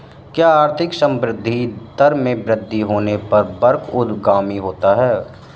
क्या आर्थिक संवृद्धि दर में वृद्धि होने पर वक्र ऊर्ध्वगामी होता है?